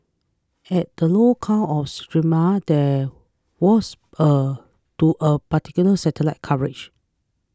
the low count of Sumatra that was due partial satellite coverage